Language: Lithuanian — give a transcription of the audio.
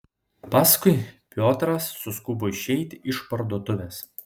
paskui piotras suskubo išeiti iš parduotuvės